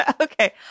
Okay